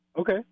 Okay